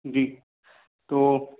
जी तो